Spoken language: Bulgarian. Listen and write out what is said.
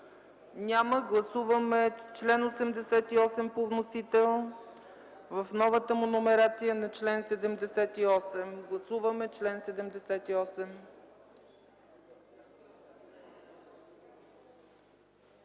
Няма. Гласуваме чл. 88 по вносител в новата му номерация на чл. 78. Гласували 112